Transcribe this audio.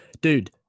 Dude